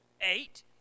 Eight